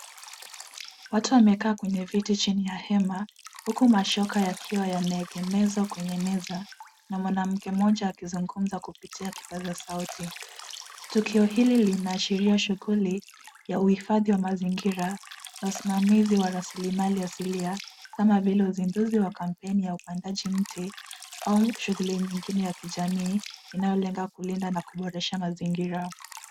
Watu wamekaa kwenye viti chini ya hema , huku mashoka yakiwa yameegemezwa kwenye meza na mwanamke mmoja akizungumza kupitia kipazasauti. Tukio hili linaashiria shughuli ya uifadhi wa mazingira na usimamizi wa rasilimali asilia kama vile uzinduzi wa kampeni ya upandaji miti au shughuli nyingine ya kijamii inayolenga kulinda na kuboresha mazingira .